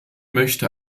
möchte